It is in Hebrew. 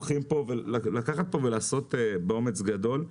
לקחת פה ולעשות באומץ גדול.